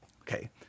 okay